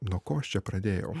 nuo ko aš čia pradėjau